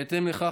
בהתאם לכך,